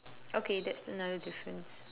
okay that's another difference